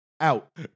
Out